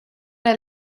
der